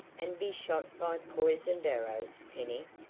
and be shot by poisoned arrows, penny?